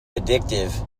addictive